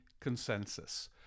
consensus